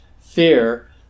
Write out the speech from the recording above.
fear